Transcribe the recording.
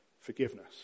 forgiveness